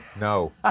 no